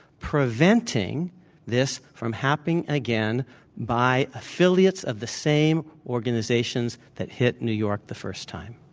preventing this from happening again by affiliates of the same organizations that hit new york the first time.